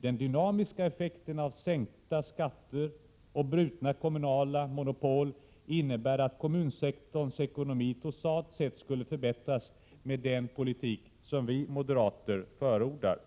Den dynamiska effekten av sänkta skatter och brutna kommunala monopol innebär att kommunsektorns ekonomi totalt sett skulle förbättras med den politik som vi moderater förordar.